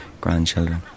grandchildren